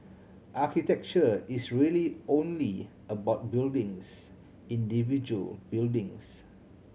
architecture is really only about buildings individual buildings